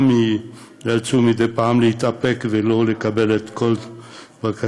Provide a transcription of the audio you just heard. גם אם נאלצו מדי פעם להתאפק ולא התקבלו כל בקשותיהם.